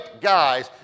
guys